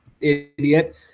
idiot